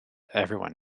everyone